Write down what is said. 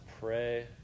pray